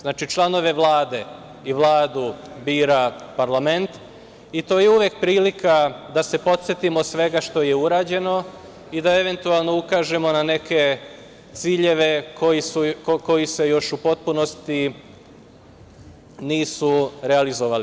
Znači, članove vlade i vladu bira parlament i to je uvek prilika da se podsetimo svega što je urađeno i da eventualno ukažemo na neke ciljeve koji se još u potpunosti nisu realizovali.